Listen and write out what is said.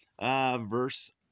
verse